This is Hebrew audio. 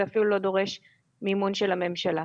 זה אפילו לא דורש מימון של הממשלה.